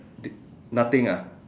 nothing ah